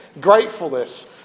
gratefulness